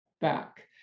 back